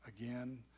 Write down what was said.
again